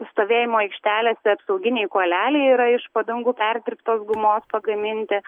stovėjimo aikštelėse apsauginiai kuoleliai yra iš padangų perdirbtos gumos pagaminti